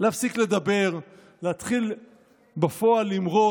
להפסיק לדבר, להתחיל בפועל למרוד.